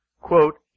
quote